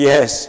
Yes